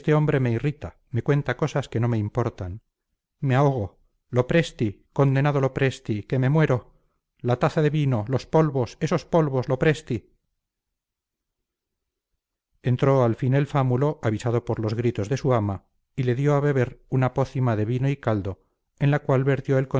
hombre me irrita me cuenta cosas que no me importan me ahogo lopresti condenado lopresti que me muero la taza de vino los polvos esos polvos lopresti entró al fin el fámulo avisado por los gritos de su ama y le dio a beber una pócima de vino y caldo en la cual vertió el